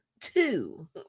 two